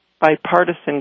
bipartisan